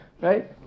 Right